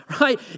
right